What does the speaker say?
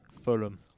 Fulham